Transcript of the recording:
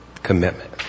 commitment